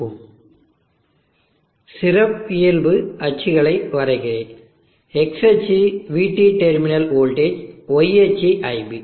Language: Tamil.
Refer Slide Time 0538 சிறப்பியல்பு அச்சுகளை வரைகிறேன் X அச்சு vT டெர்மினல் வோல்டேஜ் Y அச்சு iB